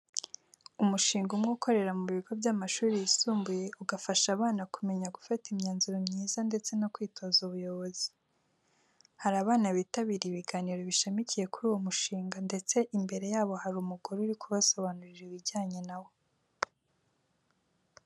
Umushinga umwe ukorera mu bigo by'amashuri yisumbuye ugafasha abana kumenya gufata imyanzuro myiza ndetse no kwitoza ubuyobozi. Hari abana bitabiriye ibiganiro bishamikiye kuri uwo mushinga ndetse imbere yabo hari umugore uri kubasobanurira ibijyanye na wo.